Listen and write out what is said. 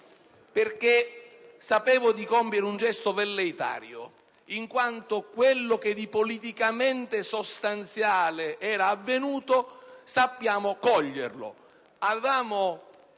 perché sapevo di compiere un gesto velleitario in quanto quello che di politicamente sostanziale era avvenuto sappiamo coglierlo.